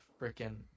freaking